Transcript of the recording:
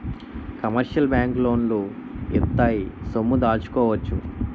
commercial బ్యాంకులు లోన్లు ఇత్తాయి సొమ్ము దాచుకోవచ్చు